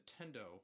Nintendo